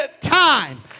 time